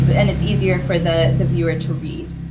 and it's easier for the the viewer to read.